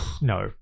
no